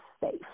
safe